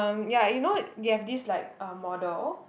um ya you know they have this like uh model